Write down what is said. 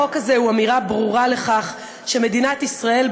החוק הזה הוא אמירה ברורה שמדינת ישראל,